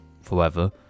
Forever